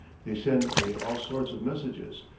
they send me all sorts of messages,